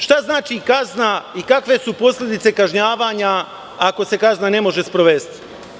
Šta znači kazna i kakve su posledice kažnjavanja ako se kazna ne može sprovesti?